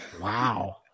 Wow